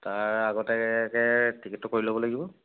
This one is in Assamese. তাৰ আগতীয়াকৈ টিকেটটো কৰি ল'ব লাগিব